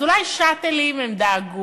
אז אולי ל"שאטלים" הם דאגו,